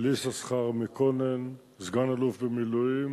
של יששכר מקונן, סגן-אלוף במילואים,